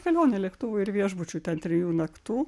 kelionė lėktuvų ir viešbučių ten trijų naktų